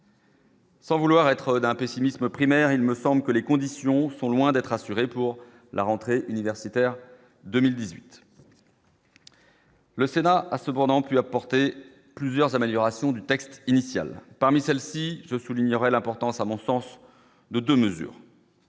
Sans vouloir être d'un pessimisme primaire il me semble que les conditions sont loin d'être rassurés pour la rentrée universitaire 2018. Le Sénat a cependant pu apporter plusieurs améliorations du texte initial, parmi celles-ci, je soulignerai l'importance à mon sens de 2 mesures.